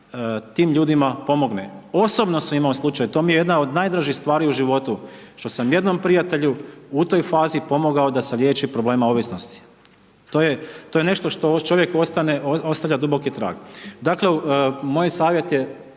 tim ljudima pomogne. Osobno sam imao slučaj, to mi je jedna od najdražih stvari u životu, što sam jednom prijatelju u toj fazi pomogao da se liječi problema ovisnosti, to je, to je nešto što u čovjeku ostavlja duboki trag, dakle moj savjet je